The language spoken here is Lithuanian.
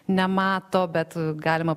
nemato bet galima